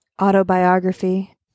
autobiography